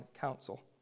council